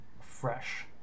fresh